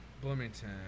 Bloomington